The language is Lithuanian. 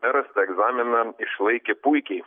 meras tą egzaminą išlaikė puikiai